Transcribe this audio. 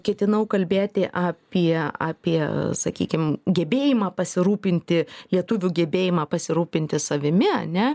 ketinau kalbėti apie apie sakykim gebėjimą pasirūpinti lietuvių gebėjimą pasirūpinti savimi ane